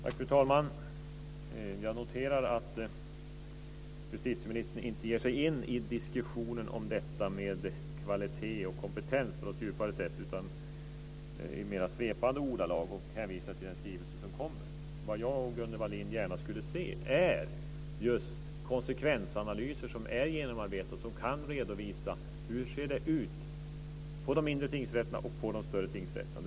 Fru talman! Jag noterar att justitieministern inte ger sig in i diskussionen om kvalitet och kompetens på något djupare sätt, utan i mer svepande ordalag hänvisar till den skrivelse som kommer. Vad jag och Gunnel Wallin gärna skulle se är just konsekvensanalyser som är genomarbetade och där man kan redovisa hur det ser ut på de mindre och de större tingsrätterna.